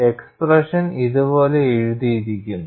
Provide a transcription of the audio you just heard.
expression ഇതുപോലെ എഴുതിയിരിക്കുന്നു